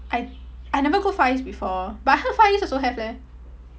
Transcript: I I never go far east before but I heard far east also have leh